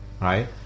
right